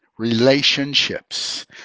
relationships